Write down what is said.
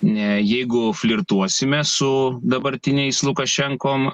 ne jeigu flirtuosime su dabartiniais lukašenkom